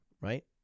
right